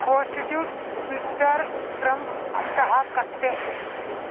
post to Twitter Trump ಅಂತಹ ಕತ್ತೆ